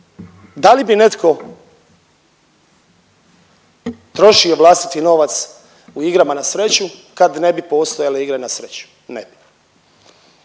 da li bi netko trošio vlastiti novac u igrama na sreću kad ne bi postojale igre na sreću? Ne bi.